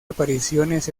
apariciones